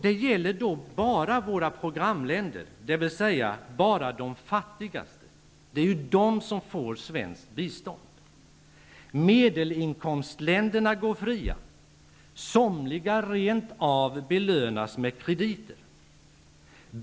Detta gäller då bara våra programländer, dvs. bara de fattigaste länderna -- det är ju de som får svenskt bistånd. Medelinkomstländerna går fria. Somliga rent av belönas med krediter.